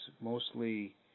mostly